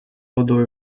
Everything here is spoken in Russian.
водой